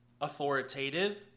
authoritative